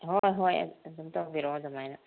ꯍꯣꯏ ꯍꯣꯏ ꯑꯗꯨꯝ ꯇꯧꯕꯤꯔꯛꯑꯣ ꯑꯗꯨꯃꯥꯏꯅ